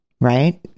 Right